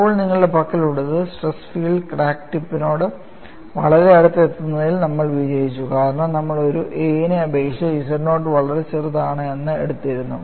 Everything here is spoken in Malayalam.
ഇപ്പോൾ നിങ്ങളുടെ പക്കലുള്ളത് സ്ട്രെസ് ഫീൽഡ് ക്രാക്ക് ടിപ്പിനോട് വളരെ അടുത്ത് എത്തിക്കുന്നതിൽ നമ്മൾ വിജയിച്ചു കാരണം നമ്മൾ ഒരു a നെ അപേക്ഷിച്ച് z നോട്ട് വളരെ ചെറുതാണ് എന്ന എടുത്തിരുന്നു